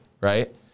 right